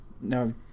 no